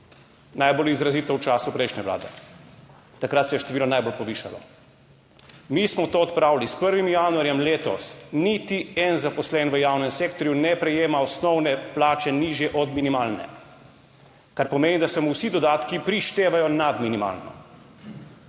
najbolj izrazito v času prejšnje vlade, takrat se je število najbolj povišalo. Mi smo to odpravili s 1. januarjem letos. Niti en zaposlen v javnem sektorju ne prejema osnovne plače nižje od minimalne, kar pomeni, da se mu vsi dodatki prištevajo nad minimalno.